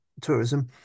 tourism